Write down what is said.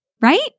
right